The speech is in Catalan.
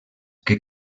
que